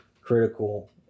critical